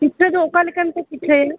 ᱯᱤᱴᱷᱟᱹ ᱫᱚ ᱚᱠᱟ ᱞᱮᱠᱟᱱ ᱯᱮ ᱯᱤᱴᱷᱟᱹᱭᱟ